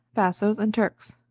bassoes, and turks.